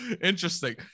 interesting